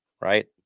Right